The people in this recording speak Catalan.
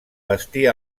vestir